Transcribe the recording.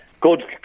good